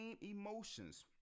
emotions